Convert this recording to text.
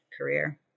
career